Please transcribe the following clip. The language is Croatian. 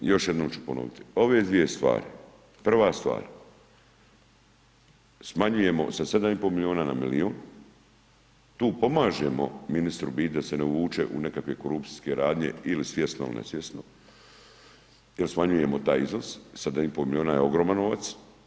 Još jednom ću ponoviti ove dvije stvari, prva stvar, smanjujemo sa 7,5 milijuna na milijun, tu pomažemo ministru u biti da se ne uvuče u nekakve korupcijske radnje ili svjesno ili ne svjesno jel smanjujemo taj iznos, 7,5 milijuna je ogroman novac.